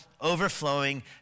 overflowing